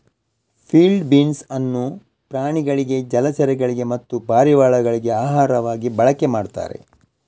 field beans ಅನ್ನು ಪ್ರಾಣಿಗಳಿಗೆ ಜಲಚರಗಳಿಗೆ ಮತ್ತೆ ಪಾರಿವಾಳಗಳಿಗೆ ಆಹಾರವಾಗಿ ಬಳಕೆ ಮಾಡ್ತಾರೆ